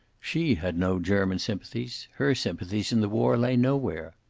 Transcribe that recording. she had no german sympathies her sympathies in the war lay nowhere.